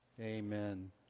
Amen